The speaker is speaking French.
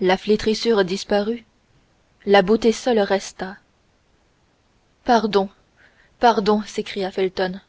la flétrissure disparut la beauté seule resta pardon pardon s'écria felton